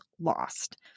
lost